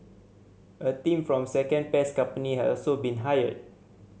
a team from a second pest company has also been hired